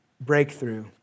breakthrough